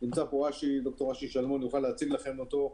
נמצא פה ד"ר אשי שלמון, הוא יוכל להציג לכם אותו.